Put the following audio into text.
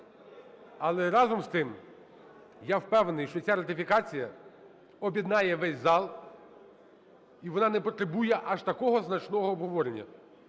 Але, разом з тим, я впевнений, що ця ратифікація об'єднає весь зал, і вона не потребує аж такого значного обговорення.